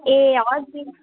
ए हरदिन